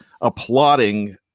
applauding